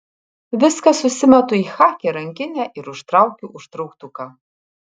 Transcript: viską susimetu į chaki rankinę ir užtraukiu užtrauktuką